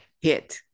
hit